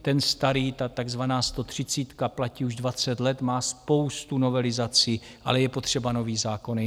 Ta stará takzvaná stotřicítka platí už dvacet let, má spoustu novelizací, ale je potřeba nový zákon.